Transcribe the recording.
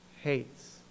hates